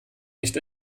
nicht